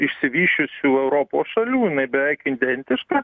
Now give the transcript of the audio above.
išsivysčiusių europos šalių jinai beveik identiška